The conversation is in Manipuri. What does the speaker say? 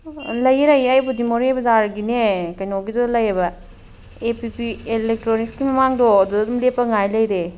ꯂꯩꯑꯦ ꯂꯩꯑꯦ ꯑꯩꯕꯨꯗꯤ ꯃꯣꯔꯦ ꯕꯥꯖꯥꯔꯒꯤꯅꯦ ꯀꯩꯅꯣꯗꯨꯗ ꯂꯩꯑꯦꯕ ꯑꯦ ꯄꯤ ꯄꯤ ꯑꯦꯂꯦꯛꯇ꯭ꯔꯣꯅꯤꯛꯁꯀꯤ ꯃꯃꯥꯡꯗꯣ ꯑꯗꯨꯗ ꯂꯦꯞꯄꯒ ꯉꯥꯏꯔ ꯂꯩꯔꯦ